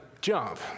Jump